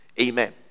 Amen